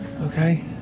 Okay